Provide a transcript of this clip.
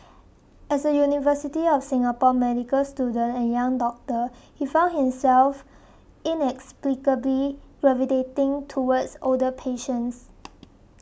as a University of Singapore medical student and young doctor he found himself inexplicably gravitating towards older patients